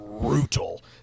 brutal